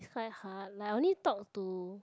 quite hard like I only talk to